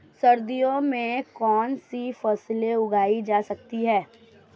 सर्दियों में कौनसी फसलें उगाई जा सकती हैं?